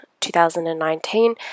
2019